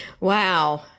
Wow